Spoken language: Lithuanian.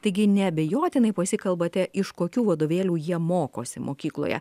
taigi neabejotinai pasikalbate iš kokių vadovėlių jie mokosi mokykloje